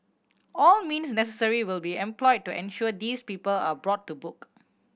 all means necessary will be employed to ensure these people are brought to book